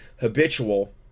habitual